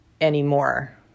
anymore